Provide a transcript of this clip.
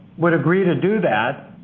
would agree to do that,